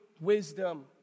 wisdom